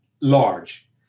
large